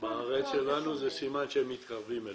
בארץ שלנו זה סימן שהם מתקרבים אלינו,